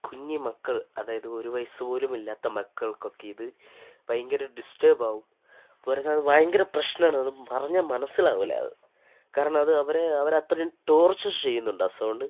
കുഞ്ഞി മക്കൾ അതായത് ഒരു വയസ്സ് പോലുമില്ലാത്ത മക്കൾക്കൊക്കെ ഇത് ഭയങ്കര ഡിസ്റ്റർബായിരിക്കും പോരാത്തത് ഭയങ്കര പ്രശ്നമാണ് അത് പറഞ്ഞ് മനസ്സിലാവില്ലാതെ കാരണം അത് അവരെ അവരെ അത്രെയും ടോർച്ചർ ചെയ്യുന്നതാണ് സൗണ്ട്